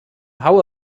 how